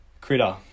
Critter